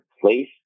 place